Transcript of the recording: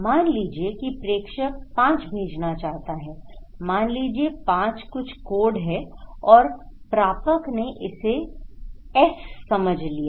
मान लीजिए कि प्रेषक 5 भेजना चाहता है मान लीजिए 5 कुछ कोड है और प्रापक ने इसे एस समझ लिया